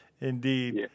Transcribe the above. Indeed